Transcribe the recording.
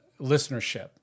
listenership